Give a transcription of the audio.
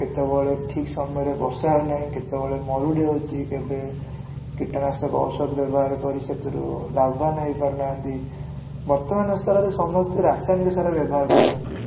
କେତେବେଳେ ଠିକ୍ ସମୟରେ ବର୍ଷା ହେଉନାହିଁ କେତେବେଳେ ମରୁଡ଼ି ହେଉଛି କେବେ କୀଟନାଶକ ଔଷଧ ବ୍ୟବହାର କରି ସେଥିରୁ ଲାଭବାନ ହେଇପାରୁନାହାନ୍ତି ବର୍ତ୍ତମାନ ସ୍ତରରେ ସମସ୍ତେ ରାସାୟନିକ ସାର ବ୍ୟବହାର କରୁଛନ୍ତି